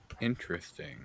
Interesting